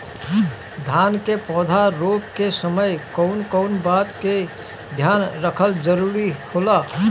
धान के पौधा रोप के समय कउन कउन बात के ध्यान रखल जरूरी होला?